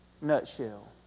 nutshell